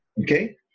okay